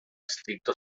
stricto